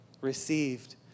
received